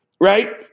right